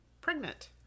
pregnant